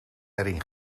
erin